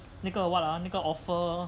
那个 what lah 那个 offer